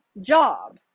job